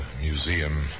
museum